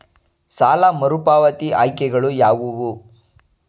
ಸಾಲ ಮರುಪಾವತಿ ಆಯ್ಕೆಗಳು ಯಾವುವು?